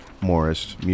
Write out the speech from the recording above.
Morris